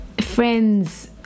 Friends